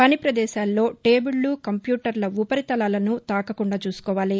వని పదేశాల్లో టేబుళ్లు కంప్యూటర్ల ఉపరితలాలను తాకకుండా చూసుకోవాలి